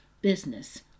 business